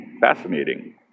fascinating